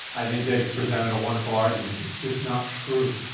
i think they've presented a wonderful argument. it's just not true.